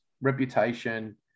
reputation